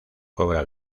cobra